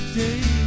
day